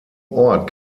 ort